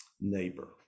neighbor